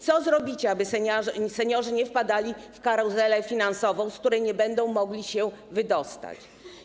Co zrobicie, aby seniorzy nie wpadali w karuzelę finansową, z której nie będą mogli się wydostać?